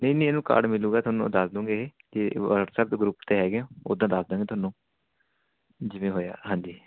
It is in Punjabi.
ਨਹੀਂ ਨਹੀਂ ਇਹਨੂੰ ਕਾਰਡ ਮਿਲੇਗਾ ਤੁਹਾਨੂੰ ਦੱਸਦੂੰਗੇ ਕਿ ਉਹ ਵੱਟਸੈਪ ਦੇ ਗਰੁੱਪ 'ਤੇ ਹੈਗੇ ਹੋ ਉੱਦਾਂ ਦੱਸ ਦਾਂਗੇ ਤੁਹਾਨੂੰ ਜਿਵੇਂ ਹੋਇਆ ਹਾਂਜੀ